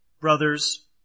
brothers